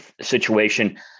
situation